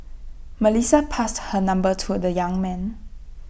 Melissa passed her number to the young man